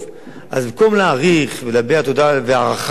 אז במקום להעריך ולהביע תודה והערכה למה